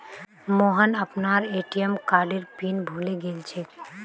मोहन अपनार ए.टी.एम कार्डेर पिन भूले गेलछेक